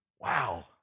wow